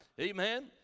amen